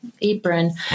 apron